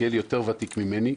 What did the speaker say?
מלכיאלי יותר ותיק ממני,